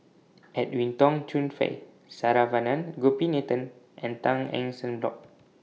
Edwin Tong Chun Fai Saravanan Gopinathan and Tan Eng Sen Bock